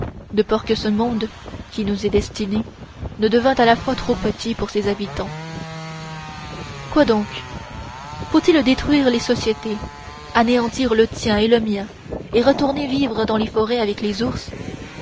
de peur que ce monde qui nous est destiné ne devînt à la fin trop petit pour ses habitants quoi donc faut-il détruire les sociétés anéantir le tien et le mien et retourner vivre dans les forêts avec les ours